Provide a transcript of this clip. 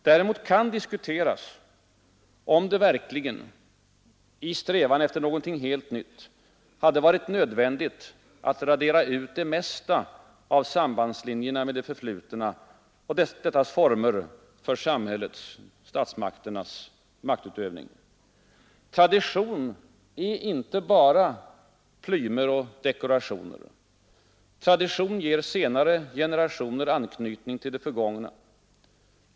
Däremot kan det diskuteras om det verkligen — i strävan efter något helt nytt hade varit nödvändigt att radera ut det mesta av sambandslinjerna med det förflutna och dettas former för samhällets statsmakternas maktutövning. Tradition är inte bara ”plymer och dekorationer”. Tradition ger senare generationer anknytning till det förgångna.